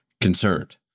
concerned